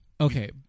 okay